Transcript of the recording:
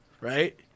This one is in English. right